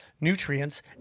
nutrients